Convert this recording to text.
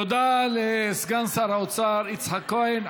תודה לסגן שר האוצר יצחק כהן.